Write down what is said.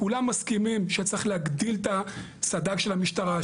כולם מסכימים שצריך להגדיל את הסד"כ של המשטרה,